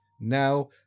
now